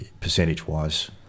percentage-wise